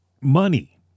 Money